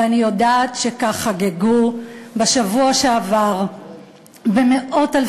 ואני יודעת שכך חגגו בשבוע שעבר במאות-אלפי